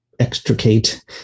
Extricate